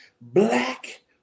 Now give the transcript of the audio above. Black